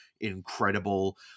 incredible